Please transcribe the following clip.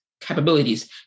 capabilities